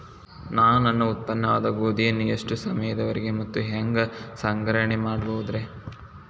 ನಾನು ನನ್ನ ಉತ್ಪನ್ನವಾದ ಗೋಧಿಯನ್ನ ಎಷ್ಟು ಸಮಯದವರೆಗೆ ಮತ್ತ ಹ್ಯಾಂಗ ಸಂಗ್ರಹಣೆ ಮಾಡಬಹುದುರೇ?